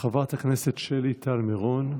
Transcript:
חברת הכנסת שלי טל מירון,